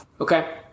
Okay